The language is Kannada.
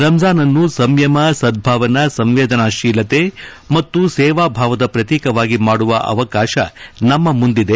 ರಂಜಾನ್ನನ್ನು ಸಂಯಮ ಸದ್ದಾವನಾ ಸಂವೇದನ ಶೀಲತೆ ಮತ್ತು ಸೇವಾ ಭಾವದ ಪ್ರತೀಕವಾಗಿ ಮಾಡುವ ಅವಕಾಶ ನಮ್ಮ ಮುಂದಿದೆ